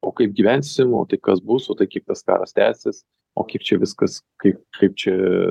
o kaip gyvensim o tai kas bus o tai kiek tas karas tęsis o kiek čia viskas kaip kaip čia